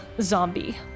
zombie